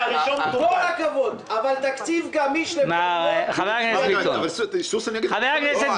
אבל תקציב גמיש ל --- סוסן יגיד לך --- לא,